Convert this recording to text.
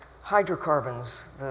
hydrocarbons